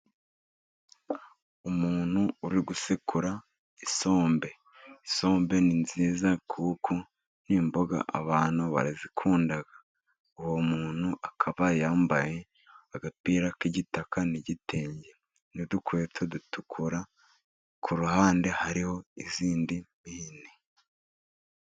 Umuntu uri gusekura isombe. Isombe ni nziza kuko ni imboga abantu barazikunda. Uwo muntu akaba yambaye agapira k'igitaka n'igitenge, n'udukweto dutukura, ku ruhande hariho izindi nini.